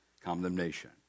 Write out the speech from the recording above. condemnation